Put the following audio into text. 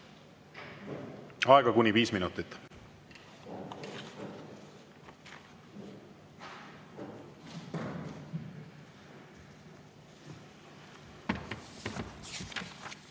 Aega on kuni viis minutit.